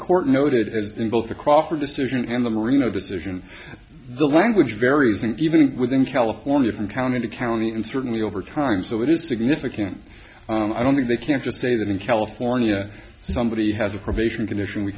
court noted as in both the crawford decision and the merino decision the language varies and even within california from county to county and certainly over time so it is significant i don't think they can just say that in california somebody has a probation condition we